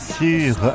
sur